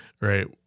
Right